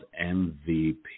MVP